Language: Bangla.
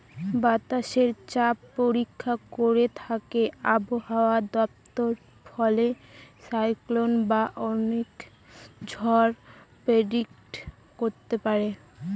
বাতাসের চাপ পরীক্ষা করে থাকে আবহাওয়া দপ্তর ফলে সাইক্লন বা অনেক ঝড় প্রেডিক্ট করতে পারে